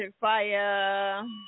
fire